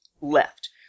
left